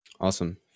Awesome